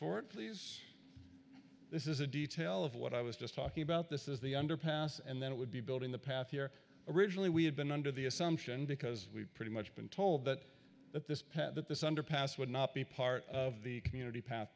it please this is a detail of what i was just talking about this is the underpass and then it would be building the path here originally we had been under the assumption because we've pretty much been told that at this point that this underpass would not be part of the community path